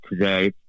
today